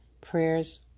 prayers